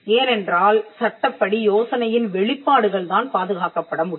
ஏனென்றால் சட்டப்படி யோசனையின் வெளிப்பாடுகள் தான் பாதுகாக்கப்பட முடியும்